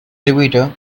escalator